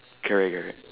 correct correct